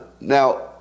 Now